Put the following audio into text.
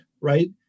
right